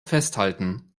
festhalten